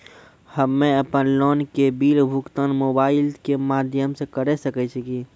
हम्मे अपन लोन के बिल भुगतान मोबाइल के माध्यम से करऽ सके छी?